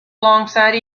alongside